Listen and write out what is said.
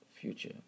future